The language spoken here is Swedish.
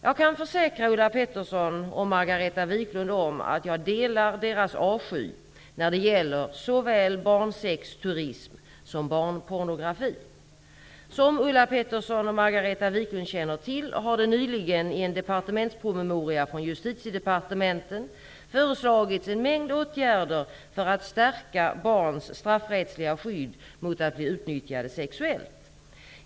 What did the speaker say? Jag kan försäkra Ulla Pettersson och Margareta Viklund om att jag delar deras avsky när det gäller såväl barnsexturism som barnpornografi. Som Ulla Pettersson och Margareta Viklund känner till har det nyligen i en departementspromemoria från Justitiedepartementet föreslagits en mängd åtgärder för att stärka barns straffrättsliga skydd mot att bli utnyttjade sexuellt.